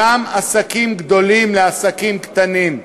גם עסקים גדולים לעסקים קטנים.